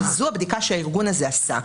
וזו הבדיקה שהארגון הזה עשה.